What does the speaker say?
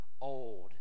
old